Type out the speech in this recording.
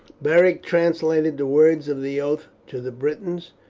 beric translated the words of the oath to the britons.